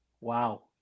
Wow